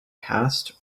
past